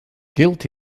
guilt